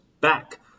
back